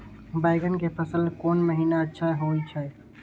बैंगन के फसल कोन महिना अच्छा होय छै?